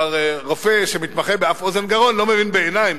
רופא שמתמחה באף-אוזן-גרון כבר לא מבין בעיניים,